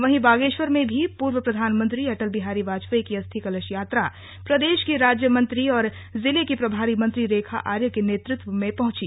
वहीं बागेश्वर में भी पूर्व प्रधानमंत्री अटल बिहारी वाजपेयी की अस्थि कलश यात्रा प्रदेश की राज्य मंत्री और जिले की प्रभारी मंत्री रेखा आर्या के नेतृत्व में पहंची